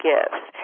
Gifts